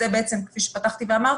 בעצם, כפי שפתחתי ואמרתי,